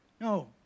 No